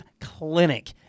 clinic